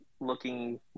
looking